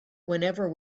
whenever